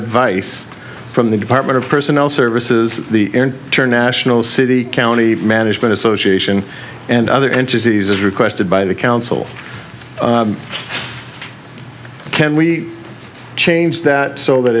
advice from the department of personnel services the turn national city county management association and other entities as requested by the council can we change that so that